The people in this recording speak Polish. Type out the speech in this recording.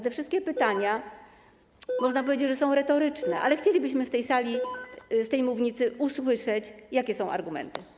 Te wszystkie pytania, można powiedzieć, są retoryczne, ale chcielibyśmy z tej mównicy usłyszeć, jakie są argumenty.